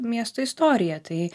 miesto istoriją tai